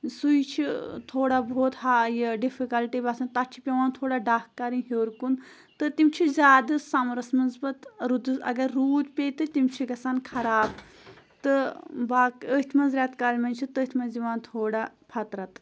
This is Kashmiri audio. سُے چھِ تھوڑا بہت ہا یہِ ڈِفِکَلٹی باسان تَتھ چھِ پٮ۪وان تھوڑا ڈَکھ کَرٕنۍ ہیوٚر کُن تہٕ تِم چھِ زیادٕ سَمرَس منٛز پَتہٕ رُدٕ اگر روٗد پیٚیہِ تہٕ تِم چھِ گژھان خراب تہٕ باق أتھۍ منٛز ریٚتہٕ کالہِ منٛز چھِ تٔتھۍ منٛز یِوان تھوڑا فَطرَت